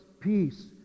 peace